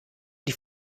die